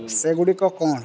ସେଗୁଡ଼ିକ କ'ଣ